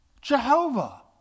Jehovah